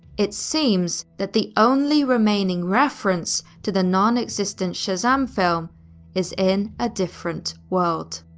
it seems that the only remaining reference to the non-existent shazam film is in a different world.